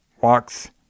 walks